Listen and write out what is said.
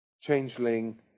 Changeling